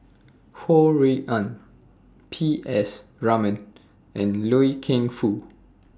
Ho Rui An P S Raman and Loy Keng Foo